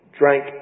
drank